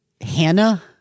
Hannah